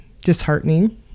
disheartening